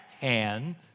hand